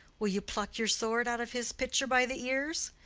will you pluck your sword out of his pitcher by the ears?